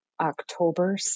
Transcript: October